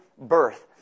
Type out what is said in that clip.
birth